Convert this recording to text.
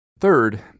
Third